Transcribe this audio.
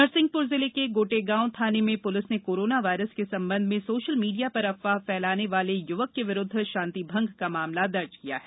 नरसिंहपुर जिले के गोटेगांव थाने में पुलिस ने कोरोना वायरस के संबंध में सोशल मीडिया पर अफवाह फैलाने वाले युवक के विरूद्ध शांतिभंग का मामला दर्ज किया है